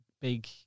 big